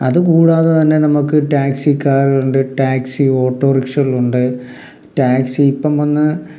അത് കൂടാതെ തന്നെ നമുക്ക് ടാക്സി കാറുണ്ട് ടാക്സി ഓട്ടോറിക്ഷളുണ്ട് ടാക്സി ഇപ്പം വന്നു